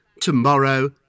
tomorrow